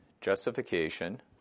justification